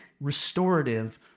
restorative